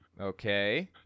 okay